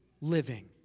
living